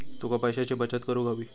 तुका पैशाची बचत करूक हवी